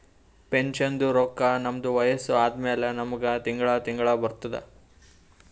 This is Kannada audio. ಪೆನ್ಷನ್ದು ರೊಕ್ಕಾ ನಮ್ದು ವಯಸ್ಸ ಆದಮ್ಯಾಲ ನಮುಗ ತಿಂಗಳಾ ತಿಂಗಳಾ ಬರ್ತುದ್